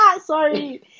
sorry